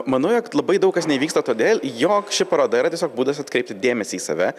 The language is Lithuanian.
manau jog labai daug kas neįvyksta todėl jog ši paroda yra tiesiog būdas atkreipti dėmesį į save